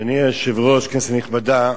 אדוני היושב-ראש, כנסת נכבדה,